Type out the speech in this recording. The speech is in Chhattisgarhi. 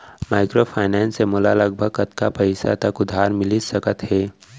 माइक्रोफाइनेंस से मोला लगभग कतना पइसा तक उधार मिलिस सकत हे?